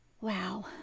wow